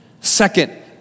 Second